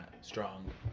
strong